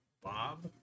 bob